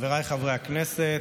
חבריי חברי הכנסת,